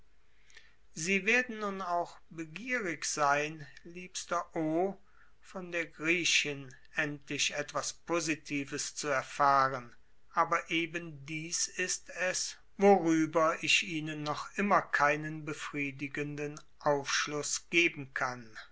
sie werden nun auch begierig sein liebster o von der griechin endlich etwas positives zu erfahren aber eben dies ist es worüber ich ihnen noch immer keinen befriedigenden aufschluß geben kann